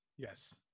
Yes